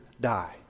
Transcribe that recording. die